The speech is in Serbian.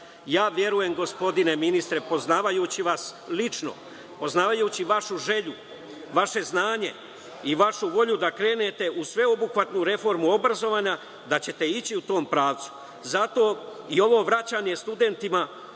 ja verujem gospodine ministre poznavajući vas lično, poznavajući vašu želju, vaše znanje i vašu volju da krenete u sveobuhvatnu reformu obrazovanja, da ćete ići u tom pravcu. Zato i ovo vraćanje studentima